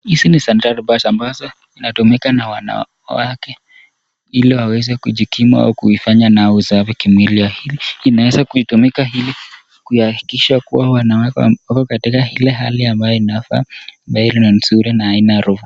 Hizi ni sanitary pads ambazo zinatumika na wanawake ili waweze kujikimu au kuifanya na usafi kimwili. Inaweza kutumika ili kuhakikisha kuwa wanawake wako katika ile hali ambayo inafaa. Mbele ni nzuri na haina harufu.